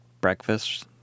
breakfast